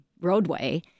roadway